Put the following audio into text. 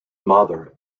mother